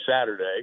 saturday